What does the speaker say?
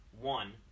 one